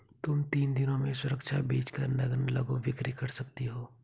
तुम तीन दिनों में सुरक्षा बेच कर नग्न लघु बिक्री कर सकती हो